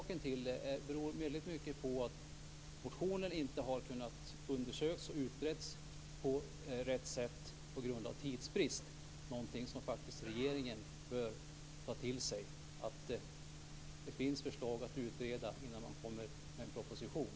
Det beror väldigt mycket på att förslaget i motionen inte har kunnat undersökas och utredas på rätt sätt på grund av tidsbrist. Det är faktiskt någonting som regeringen bör ta till sig. Det finns förslag att utreda innan man kommer med en proposition.